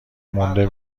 مونده